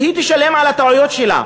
שהיא תשלם על הטעויות שלה.